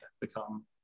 become